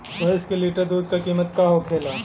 भैंस के एक लीटर दूध का कीमत का होखेला?